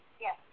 yes